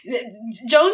Jones